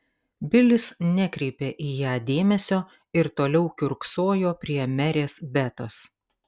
bilis nekreipė į ją dėmesio ir toliau kiurksojo prie merės betos